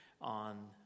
on